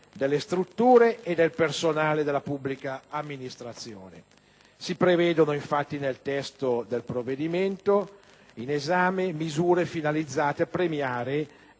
delle strutture e del personale della pubblica amministrazione. Si prevedono, infatti, nel testo del provvedimento in esame misure finalizzate a premiare